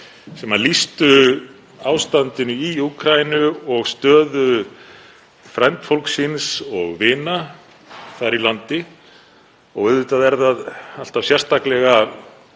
sem lýstu ástandinu í Úkraínu og stöðu frændfólks síns og vina þar í landi. Auðvitað er það alltaf sérstaklega